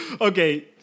Okay